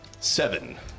seven